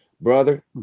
brother